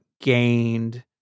gained